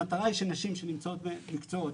המטרה היא שנשים שנמצאות במקצועות,